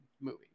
movie